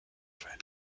vallée